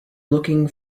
looking